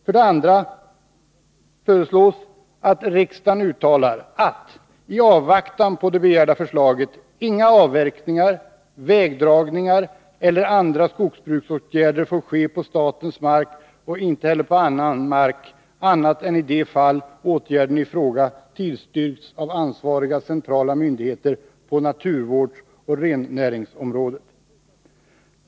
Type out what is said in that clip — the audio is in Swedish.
För det andra yrkar vi att riksdagen uttalar att — i avvaktan på det begärda förslaget — inga avverkningar, vägdragningar eller andra skogsbruksåtgärder får ske på statens mark och inte heller på annan mark annat än i de fall åtgärden i fråga tillstyrks av ansvariga centrala myndigheter på naturvårdsoch rennäringsområdet.